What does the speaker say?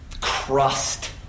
crust